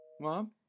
Mom